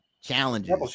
challenges